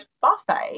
buffet